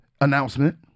announcement